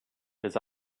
his